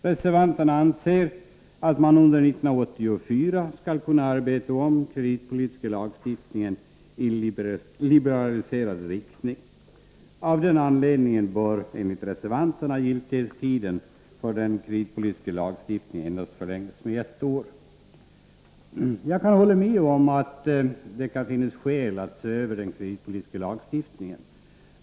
Reservanter na anser att man under år 1984 skall kunna arbeta om den kreditpolitiska Nr 36 lagstiftningen i liberaliserande riktning. Av denna anledning bör, enligt Onsdagen den reservanterna, giltighetstiden för den kreditpolitiska lagstiftningen endast — 30 november 1983 förlängas med ett år. Jag kan hålla med om att det kan finnas skäl att se över den kreditpolitiska Fortsatt giltighet av lagstiftningen.